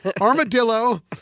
Armadillo